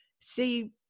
see